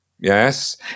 yes